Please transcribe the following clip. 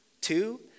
Two